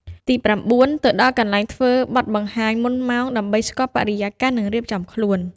ទីប្រាំបួន ទៅដល់ទីកន្លែងធ្វើបទបង្ហាញមុនម៉ោង ដើម្បីស្គាល់បរិយាកាស និងរៀបចំខ្លួន។